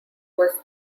was